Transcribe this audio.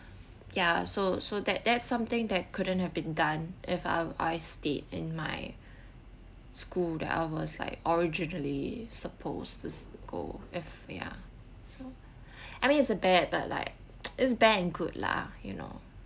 ya so so that that's something that couldn't have been done if I I stayed in my school that hours like originally supposed this go if ya so I mean it's a bad but like is bad and good lah you know